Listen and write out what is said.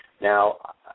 Now